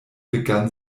begann